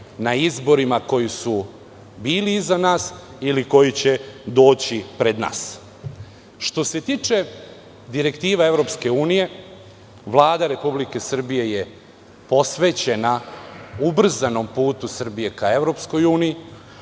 na izborima koji su bili iza nas ili koji će doći pred nas. Što se tiče direktiva EU, Vlada Republike Srbije je posvećena ubrzanom putu Srbije ka EU. Mi